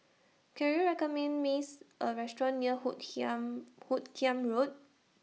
Can YOU recommend Miss A Restaurant near Hoot Kiam Hoot Kiam Road